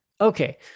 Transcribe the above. Okay